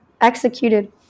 executed